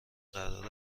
قرار